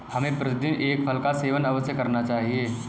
हमें प्रतिदिन एक फल का सेवन अवश्य करना चाहिए